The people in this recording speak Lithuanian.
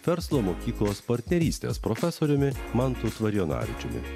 verslo mokyklos partnerystės profesoriumi mantu tvarijonavičiumi